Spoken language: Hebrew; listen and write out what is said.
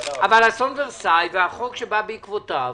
אבל אסון ורסאי והחוק שבא בעקבותיו